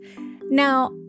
Now